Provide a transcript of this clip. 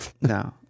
No